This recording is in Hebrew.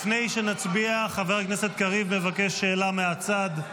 לפני שנצביע, חבר הכנסת קריב מבקש שאלה מהצד.